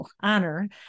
honor